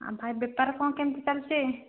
ଆଉ ଭାଇ ବେପାର କ'ଣ କେମିତି ଚାଲିଛି